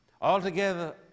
altogether